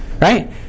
Right